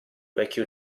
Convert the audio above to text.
vecchio